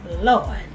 Lord